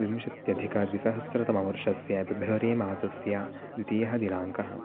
विंशत्यधिकद्विसहस्रतमवर्षस्य फ़ेब्रवरिमासस्य द्वितीयः दिनाङ्कः